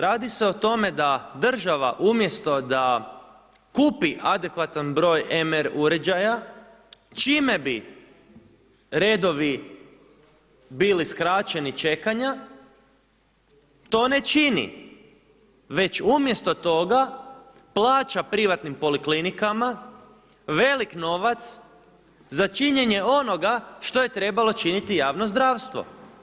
Radi se o tome da država umjesto da kupi adekvatan broj MR uređaja, čime bi redovi bili skraćeni čekanja, to ne čini već umjesto toga plaća privatnim poliklinikama velik novac za činjenje onoga što je trebalo činiti javno zdravstvo.